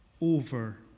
over